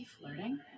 Flirting